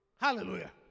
Hallelujah